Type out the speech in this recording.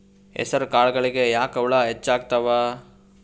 ಹೆಸರ ಕಾಳುಗಳಿಗಿ ಯಾಕ ಹುಳ ಹೆಚ್ಚಾತವ?